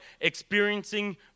experiencing